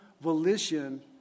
volition